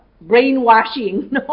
brainwashing